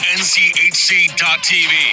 nchc.tv